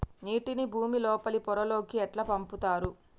నీటిని భుమి లోపలి పొరలలోకి ఎట్లా పంపుతరు?